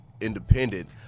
independent